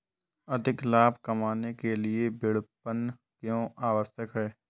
अधिक लाभ कमाने के लिए विपणन क्यो आवश्यक है?